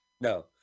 no